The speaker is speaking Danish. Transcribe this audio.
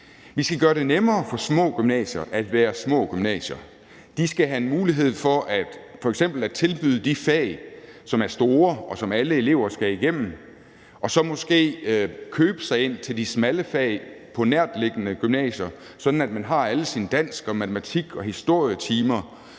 Vi skal gøre det nemmere for små gymnasier at være små gymnasier. De skal have en mulighed for f.eks. at tilbyde de fag, som er store, og som alle elever skal igennem, og så måske købe sig ind til de smalle fag på nærtliggende gymnasier, sådan at man har alle sine dansk- og matematik- og historietimer